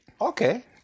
Okay